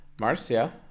Marcia